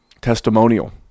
testimonial